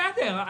בסדר.